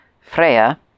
Freya